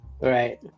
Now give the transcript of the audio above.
Right